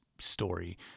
story